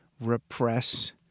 repress